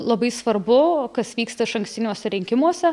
labai svarbu kas vyksta išankstiniuose rinkimuose